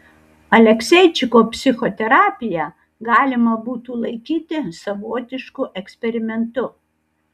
alekseičiko psichoterapiją galima būtų laikyti savotišku eksperimentu